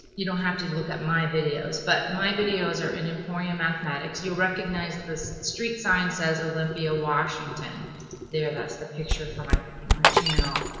you don't have to look at my videos, but my videos are in emporium mathematics you'll recognize the street sign says olympia washington there that's the picture for my my channel,